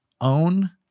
own